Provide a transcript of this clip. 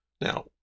Now